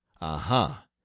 aha